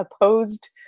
opposed